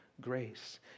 grace